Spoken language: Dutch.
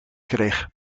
kreeg